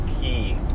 key